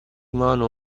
mano